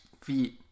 feet